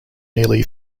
nearly